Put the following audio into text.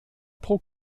pro